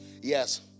yes